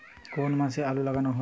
কোন মাসে আলু লাগানো হয়?